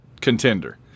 contender